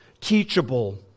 teachable